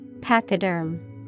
Pachyderm